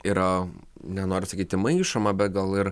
yra nenoriu sakyti maišoma be gal ir